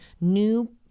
new